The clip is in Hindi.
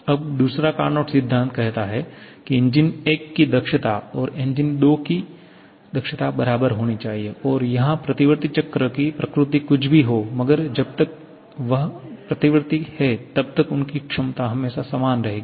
अब दूसरा कार्नोट सिद्धांत कहता है कि इंजन 1 की दक्षता और इंजन 2 की दक्षता बराबर होनी चाहिए और यहाँ प्रतिवर्ती चक्र की प्रकृति कुछ भी हो मगर जब तक वह प्रतिवर्ती है तब तक उनकी दक्षता हमेशा समान रहेगी